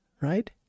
right